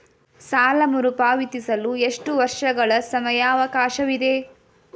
ಸಾಲ ಮರುಪಾವತಿಸಲು ಎಷ್ಟು ವರ್ಷಗಳ ಸಮಯಾವಕಾಶವಿದೆ?